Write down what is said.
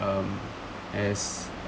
um as